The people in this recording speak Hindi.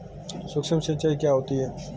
सुक्ष्म सिंचाई क्या होती है?